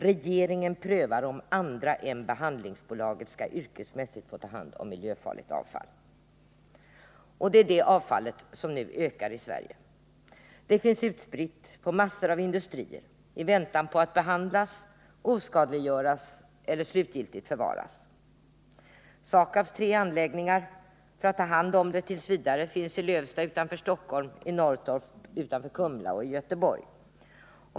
Regeringen prövar om andra än behandlingsbolaget skall yrkesmässigt få ta hand om miljöfarligt avfall. Och det är det avfallet som nu ökar i Sverige. Det finns utspritt på massor av industrier i väntan på att behandlas, oskadliggöras eller slutgiltigt förvaras. SAKAB:s tre anläggningar, som t. v. skall ta hand om miljöfarligt avfall, finns i Lövsta utanför Stockholm, i Norrtorp utanför Kumla och i Göteborg.